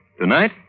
tonight